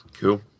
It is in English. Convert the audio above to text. cool